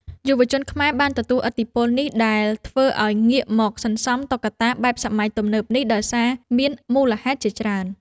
យុវជនខ្មែរបានទទួលឥទ្ធិពលនេះ ដែលធ្វើឱ្យងាកមកសន្សំតុក្កតាបែបសម័យទំនើបនេះ ដោយសារមានមូលហេតុជាច្រើន។